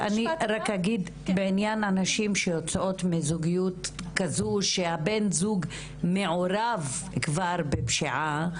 בעניין הנשים שיוצאות מזוגיות כזו שהבן זוג מעורב כבר בפשיעה,